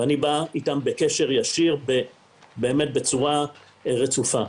אני בא אתם בקשר ישיר בצורה רצופה.